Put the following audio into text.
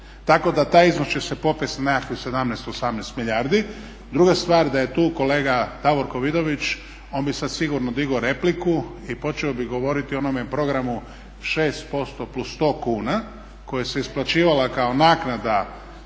Tako da taj iznos će se popest na nekakvih 17-18 milijardi. Druga stvar da je tu kolega Davorko Vidović on bi sad sigurno digao repliku i počeo bi govoriti o onome programu 6%+100 kuna koje se isplaćivala kao naknada…